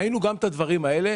ראינו גם את הדברים האלה.